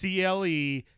CLE